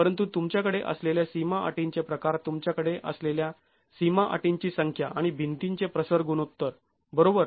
परंतु तुमच्याकडे असलेल्या सीमा अटींचे प्रकार तुमच्याकडे असलेल्या सीमा अटींची संख्या आणि भिंतींचे प्रसर गुणोत्तर बरोबर